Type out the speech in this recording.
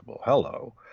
Hello